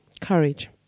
courage